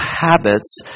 habits